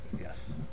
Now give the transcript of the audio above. Yes